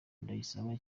ndayisaba